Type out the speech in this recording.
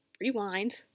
rewind